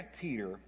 Peter